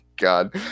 God